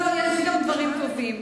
לא, יש גם דברים טובים.